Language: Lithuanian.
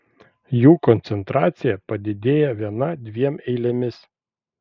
jų koncentracija padidėja viena dviem eilėmis